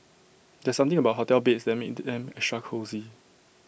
there's something about hotel beds that makes them extra cosy